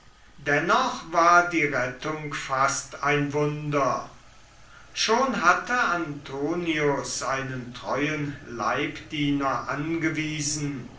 dennoch war die rettung fast ein wunder schon hatte antonius einen treuen leibdiener angewiesen